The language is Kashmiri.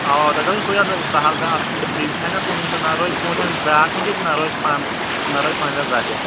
اَوا اَوا تۄہہِ گژھیو سُے سَہَل تہٕ اَصٕل بیٚیہِ تھایہِ نا کُنۍ سُہ نا روزِ ژوٗنٛٹھٮ۪ن داغ کُنہِ جاے تہٕ نا روزِ پَنَس زَردیٛار